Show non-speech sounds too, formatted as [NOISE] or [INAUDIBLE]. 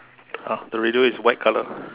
ah the radio is white colour [BREATH]